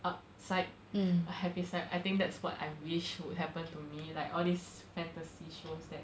up side a happy side I think that's what I wish would happen to me like all these fantasy shows that